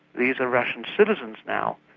these are russian citizens now,